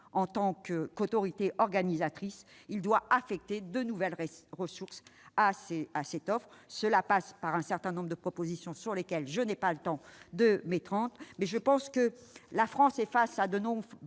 sa qualité d'autorité organisatrice, d'affecter de nouvelles ressources à cette offre. Cela passe par un certain nombre de propositions sur lesquelles je n'ai pas le temps de m'étendre. Je pense que la France est confrontée à de nombreux